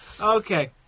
Okay